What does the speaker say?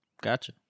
Gotcha